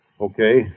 Okay